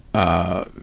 ah,